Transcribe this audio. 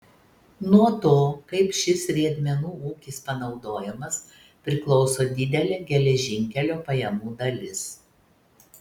nuo to kaip šis riedmenų ūkis panaudojamas priklauso didelė geležinkelio pajamų dalis